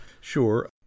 Sure